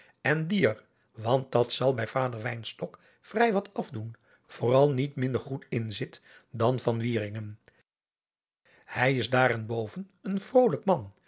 en die er want dat zal bij vader wynstok vrij wat asdoen vooral niet minder goed in zit dan van wieringen hij is daarenboven een vrolijk man